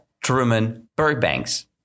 Truman-Burbanks